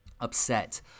upset